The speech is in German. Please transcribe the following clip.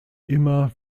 immer